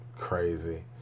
crazy